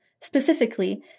specifically